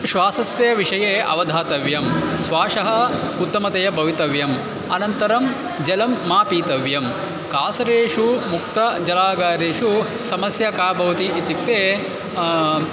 श्वासस्य विषये अवधातव्यं श्वासः उत्तमतया भवितव्यम् अनन्तरं जलं मा पीतव्यं कासारेषु मुक्तजलागारेषु समस्या का भवति इत्युक्ते